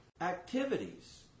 activities